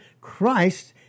Christ